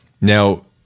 Now